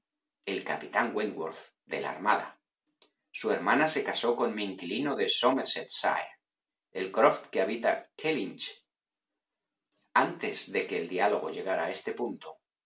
el capitán wentworth de la armada su hermana se casó con mi inquilino de somersetshire el croft que habita kellynch antes de que el diálogo llegara a este punto